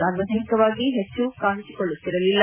ಸಾರ್ವಜನಿಕವಾಗಿ ಹೆಚ್ಚು ಕಾಣಿಸಿಕೊಳ್ಳುತ್ತಿರಲಿಲ್ಲ